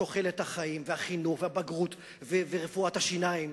תוחלת החיים, והחינוך, והבגרות, ורפואת השיניים,